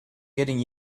getting